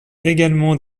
également